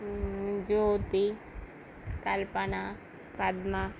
Jyothi Kalpana Padma